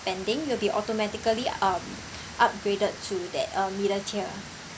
spending you will be automatically um upgraded to that um middle tier